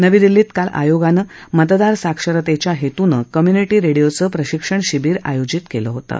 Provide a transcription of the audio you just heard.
नवी दिल्लीत काल आयोगानं मतदार साक्षरतेच्या हेतूनं कम्यूनिटी रेडीओचं प्रशिक्षण शिबिर आयोजित केलं होतं